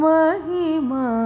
Mahima